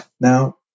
Now